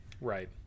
Right